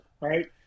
right